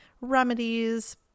remedies